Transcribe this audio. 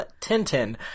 Tintin